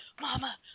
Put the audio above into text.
mama